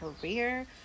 career